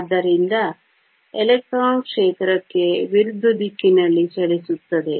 ಆದ್ದರಿಂದ ಎಲೆಕ್ಟ್ರಾನ್ ಕ್ಷೇತ್ರಕ್ಕೆ ವಿರುದ್ಧ ದಿಕ್ಕಿನಲ್ಲಿ ಚಲಿಸುತ್ತದೆ